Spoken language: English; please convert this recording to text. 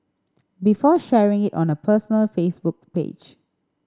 before sharing it on her personal Facebook page